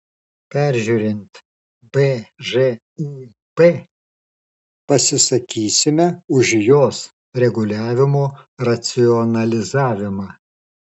peržiūrint bžūp pasisakysime už jos reguliavimo racionalizavimą